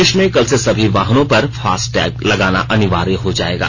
देश में कल से सभी वाहनों पर फास्टैग लगाना अनिवार्य हो जायेगा